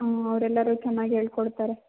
ಹ್ಞೂ ಅವರೆಲ್ಲರೂ ಚೆನ್ನಾಗಿ ಹೇಳ್ಕೊಡ್ತಾರೆ